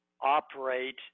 operate